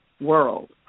world